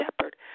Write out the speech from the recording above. shepherd